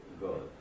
God